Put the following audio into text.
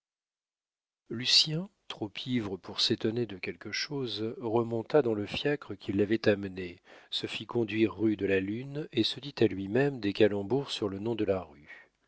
papier lucien trop ivre pour s'étonner de quelque chose remonta dans le fiacre qui l'avait amené se fit conduire rue de la lune et se dit à lui-même des calembours sur le nom de la rue